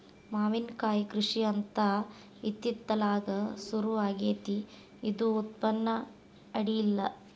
ಮಾವಿನಕಾಯಿ ಕೃಷಿ ಅಂತ ಇತ್ತಿತ್ತಲಾಗ ಸುರು ಆಗೆತ್ತಿ ಇದು ಉತ್ಪನ್ನ ಅಡಿಯಿಲ್ಲ